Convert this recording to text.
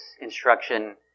instruction